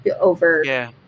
over